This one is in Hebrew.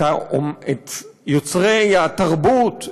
את יוצרי התרבות,